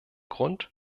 grund